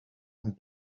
and